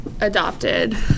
adopted